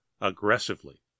aggressively